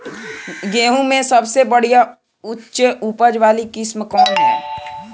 गेहूं में सबसे बढ़िया उच्च उपज वाली किस्म कौन ह?